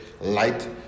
light